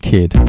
Kid 。